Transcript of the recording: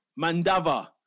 Mandava